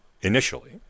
initially